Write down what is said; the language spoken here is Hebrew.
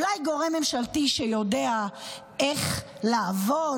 אולי גורם ממשלתי שיודע איך לעבוד?